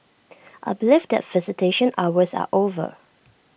I believe that visitation hours are over